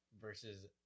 versus